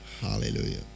Hallelujah